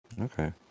Okay